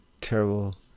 terrible